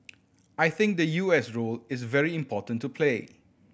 I think the U S role is very important to play